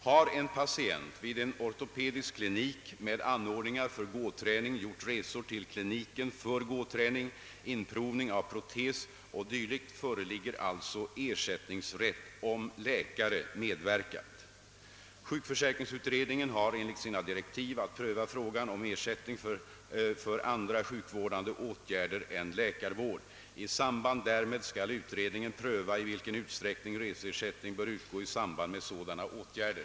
Har en patient vid en ortopedisk klinik med anordningar för gåträning gjort resor till kliniken för gåträning, inprovning av protes o.d. föreligger alltså ersättningsrätt om läkare medverkat. Sjukförsäkringsutredningen har enligt sina direktiv att pröva frågan om ersättning för andra sjukvårdande åtgärder än läkarvård. I samband därmed skall utredningen pröva i vilken utsträckning reseersättning bör utgå i samband med vidtagandet av sådana åtgärder.